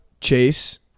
Chase